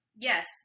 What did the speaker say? yes